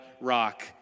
Rock